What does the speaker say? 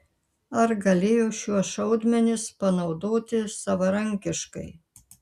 ar galėjo šiuos šaudmenis panaudoti savarankiškai